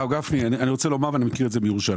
הרב גפני, אני רוצה לומר שאני מכיר את מירושלים.